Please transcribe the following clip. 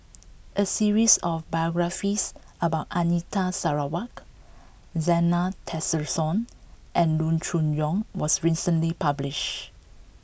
a series of biographies about Anita Sarawak Zena Tessensohn and Loo Choon Yong was recently published